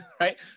right